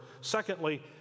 Secondly